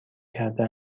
کرده